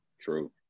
True